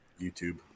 YouTube